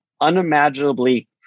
unimaginably